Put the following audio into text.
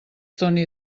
doni